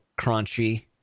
crunchy